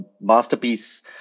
masterpiece